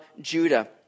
Judah